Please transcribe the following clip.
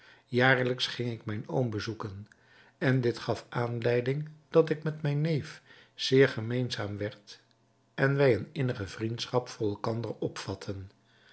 jaarlijks ging ik mijn oom bezoeken en dit gaf aanleiding dat ik met mijn neef zeer gemeenzaam werd en wij eene innige vriendschap voor elkander opvatten